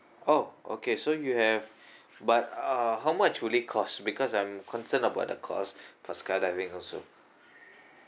oh okay so you have but uh how much will it cost because I'm concerned about the cost for skydiving also